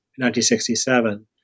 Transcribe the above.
1967